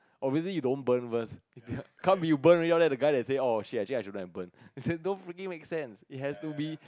obviously you don't burn first can't be you burn already all that the guy then say oh actually I shouldn't have burnt don't freaking make sense it has to be